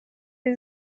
این